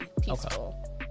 Peaceful